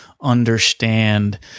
understand